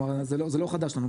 זה לא חדש לנו,